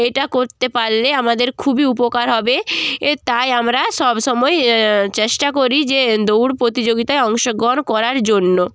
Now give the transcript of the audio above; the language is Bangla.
এটা করতে পারলে আমাদের খুবই উপকার হবে এ তাই আমরা সবসময় চেষ্টা করি যে দৌড় প্রতিযোগিতায় অংশগ্রহণ করার জন্য